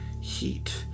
Heat